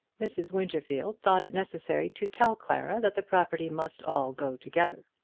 mrs. winterfield thought it necessary to tell clara that the property must all go together.